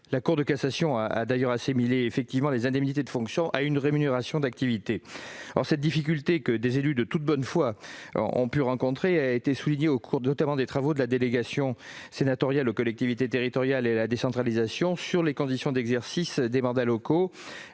la Cour de cassation assimilant les indemnités de fonction à une rémunération d'activité. Cette difficulté, que des élus de toute bonne foi ont pu rencontrer, a été soulignée par les travaux de la délégation sénatoriale aux collectivités territoriales et à la décentralisation sur les conditions d'exercice des mandats locaux.